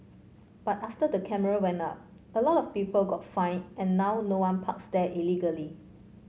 but after the camera went up a lot of people got fined and now no one parks there illegally